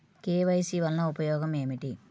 KYC వలన ఉపయోగం ఏమిటీ?